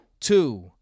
Two